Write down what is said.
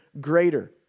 greater